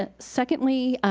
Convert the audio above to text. ah secondly,